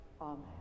Amen